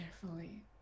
carefully